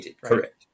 Correct